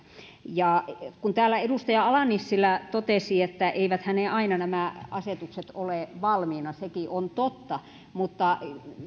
ovat kun täällä edustaja ala nissilä totesi että eiväthän nämä asetukset aina ole valmiina sekin on totta mutta